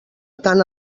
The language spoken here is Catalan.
tant